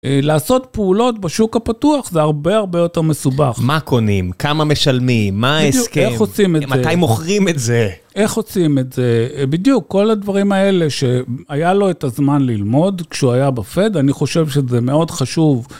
לעשות פעולות בשוק הפתוח זה הרבה הרבה יותר מסובך. מה קונים, כמה משלמים, מה ההסכם, מתי מוכרים את זה. איך עושים את זה. בדיוק, כל הדברים האלה שהיה לו את הזמן ללמוד כשהוא היה בפד, אני חושב שזה מאוד חשוב.